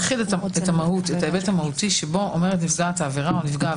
הוא מכיל את ההיבט המהותי שנפגע או נפגעת